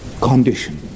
condition